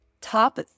top